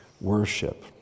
worship